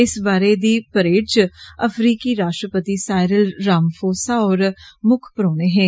इस बरे दी परेश च अफ्रीकी राश्ट्रपति साइरल रामापोसा होर मुक्ख परौहने हे